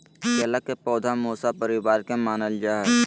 केला के पौधा मूसा परिवार के मानल जा हई